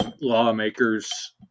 lawmakers